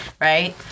right